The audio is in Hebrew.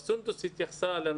חברת הכנסת סונדוס התייחסה לנושא